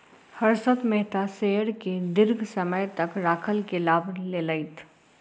Harshad Mehta share के दीर्घ समय तक राइख के लाभ लेलैथ